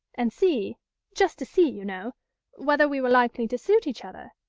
and see just to see, you know whether we were likely to suit each other.